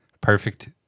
perfect